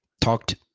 talked